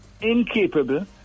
incapable